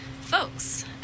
folks